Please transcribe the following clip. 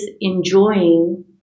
enjoying